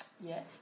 yes